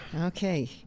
Okay